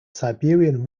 siberian